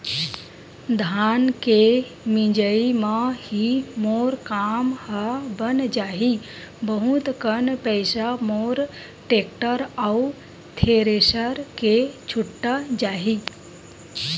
धान के मिंजई म ही मोर काम ह बन जाही बहुत कन पईसा मोर टेक्टर अउ थेरेसर के छुटा जाही